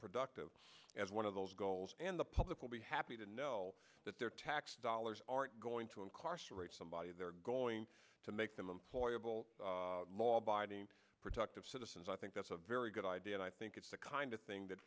productive as one of those goals and the public will be happy to know that their tax dollars aren't going to incarcerate somebody they're going to make them employable law abiding productive citizens i think that's a very good idea and i think it's the kind of thing that